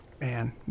man